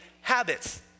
habits